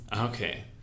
Okay